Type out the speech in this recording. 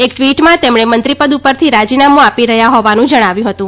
એક ટ્વીટમાં તેમણે મંત્રીપદ ઉપરથી રાજીનામું આપી રહ્યા હોવાનું જણાવ્યું હતું